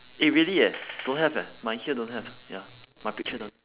eh really eh don't have eh my here don't have ya my picture don't